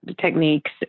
techniques